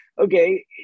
okay